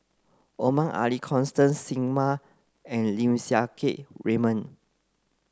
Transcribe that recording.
Omar Ali Constance Singam and Lim Siang Keat Raymond